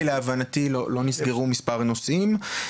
כי להבנתי לא נסגרו מספר נושאים.